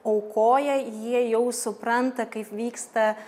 aukoja jie jau supranta kaip vyksta